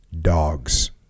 dogs